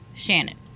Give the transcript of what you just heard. Shannon